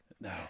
no